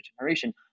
generation